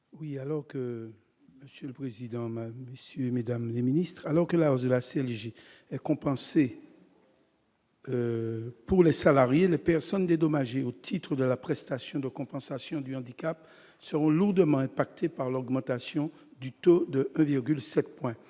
Monsieur le Président mais, messieurs, mesdames les ministres, alors que la hausse de la CSG est compensé. Pour les salariés, les personnes dédommager au titre de la prestation de compensation du handicap seront lourdement impacté par l'augmentation du taux de 1,7 points